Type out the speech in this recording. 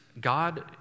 God